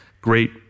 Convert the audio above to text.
great